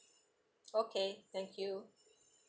okay thank you